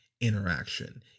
interaction